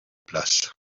place